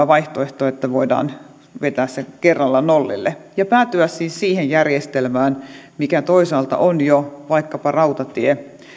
vaihtoehto että voidaan vetää se kerralla nollille ja päätyä siis siihen järjestelmään mikä toisaalta on jo vaikkapa rautatie